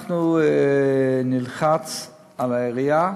אנחנו נלחץ על העירייה,